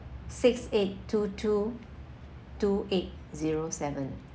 six eight two two two eight zero seven